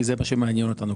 כי זה מה שמעניין אותנו.